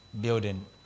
building